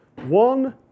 One